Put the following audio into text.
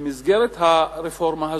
במסגרת הרפורמה הזאת,